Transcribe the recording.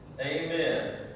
Amen